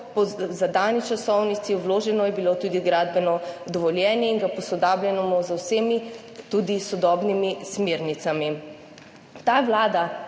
po zadani časovnici, vloženo je bilo tudi gradbeno dovoljenje in ga posodabljamo z vsemi, tudi s sodobnimi smernicami. Ta vlada